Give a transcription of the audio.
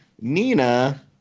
Nina